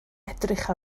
edrych